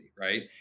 right